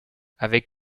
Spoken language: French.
avec